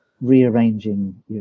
rearranging